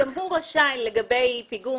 גם הוא רשאי לתכנן פיגום